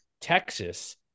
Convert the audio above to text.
Texas